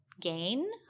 gain